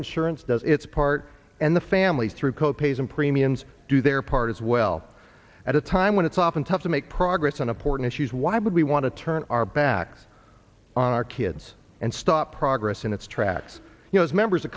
insurance does its part and the families through co pays and premiums do their part as well at a time when it's often tough to make progress on important issues why would we want to turn our back on our kids and stop progress in its tracks you know as members of